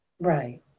Right